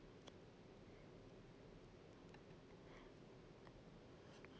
uh